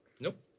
Nope